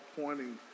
pointing